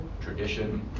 tradition